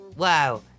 Wow